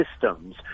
systems